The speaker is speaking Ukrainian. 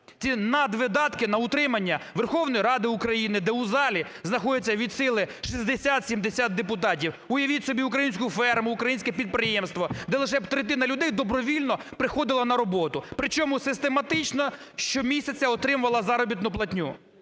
Ці надвидатки на утримання Верховної Ради України, де у залі знаходиться від сили 60-70 депутатів. Уявіть собі українську ферму, українське підприємство, де лише третина людей добровільно приходило би на роботу, причому систематично щомісяця отримували заробітну платню.